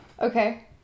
Okay